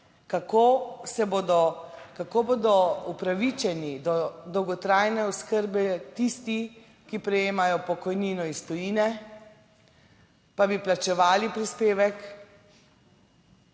kako bodo upravičeni do dolgotrajne oskrbe tisti, ki prejemajo pokojnino iz tujine pa bi plačevali prispevek.